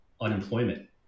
unemployment